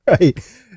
right